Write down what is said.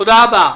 תודה רבה.